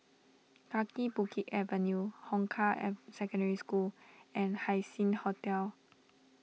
Kaki Bukit Avenue Hong Kah Secondary School and Haising Hotel